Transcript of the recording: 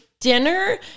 dinner